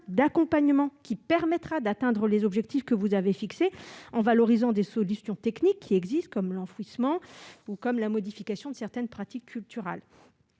d'accompagnement qui permettra d'atteindre les objectifs que vous avez établis en valorisant des solutions techniques qui existent, comme l'enfouissement ou la modification de certaines pratiques culturales.